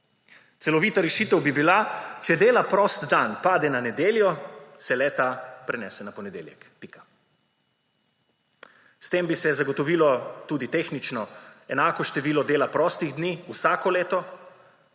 Celovita rešitev bi bila, če dela prost dan pade na nedeljo in se le-ta prenese na ponedeljek. Pika. S tem bi se zagotovilo tudi tehnično enako število dela prostih dni vsako leto,